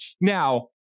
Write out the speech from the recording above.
Now